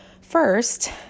First